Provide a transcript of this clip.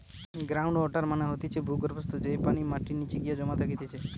ground water মানে হতিছে ভূর্গভস্ত, যেই পানি মাটির নিচে গিয়ে জমা থাকতিছে